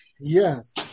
Yes